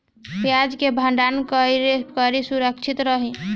प्याज के भंडारण कइसे करी की सुरक्षित रही?